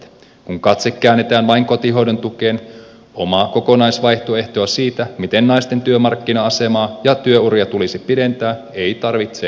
kun katse käännetään vain kotihoidon tukeen omaa kokonaisvaihtoehtoa siitä miten naisten työmarkkina asemaa tulisi parantaa ja työuria pidentää ei tarvitse esittää